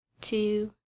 two